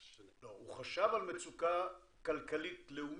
לא, הוא חשב על מצוקה כלכלית לאומית,